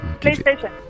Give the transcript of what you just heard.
PlayStation